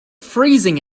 freezing